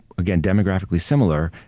again, demographically similar,